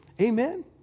Amen